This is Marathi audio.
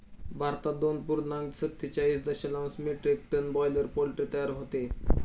भारतात दोन पूर्णांक सत्तेचाळीस दशलक्ष मेट्रिक टन बॉयलर पोल्ट्री तयार होते